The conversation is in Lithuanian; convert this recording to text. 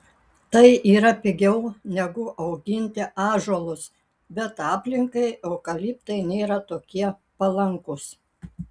tai yra pigiau negu auginti ąžuolus bet aplinkai eukaliptai nėra tokie palankūs